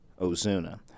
Ozuna